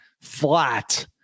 flat